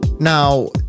Now